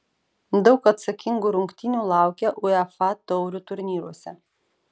daug atsakingų rungtynių laukia uefa taurių turnyruose